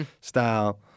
style